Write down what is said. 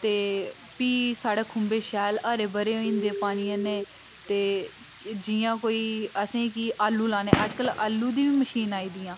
ते फ्ही साढ़ै खुंबें शैल हरे भरे होई जंदे पानियै कन्नै ते जियां कोई असें कि आलू लाने अज्जकल आलू दी बी मशीन आई दियां